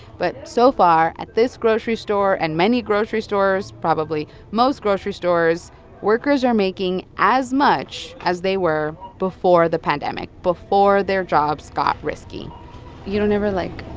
but so far, at this grocery store and many grocery stores probably most grocery stores workers are making as much as they were before the pandemic, before their jobs got risky you don't ever like,